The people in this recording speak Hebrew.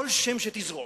כל שם שתזרוק